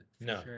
no